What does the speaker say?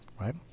right